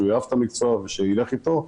שהוא יאהב את המקצוע ושהוא יילך איתו,